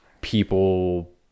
people